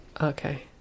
Okay